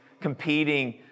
competing